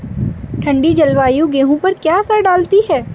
ठंडी जलवायु गेहूँ पर क्या असर डालती है?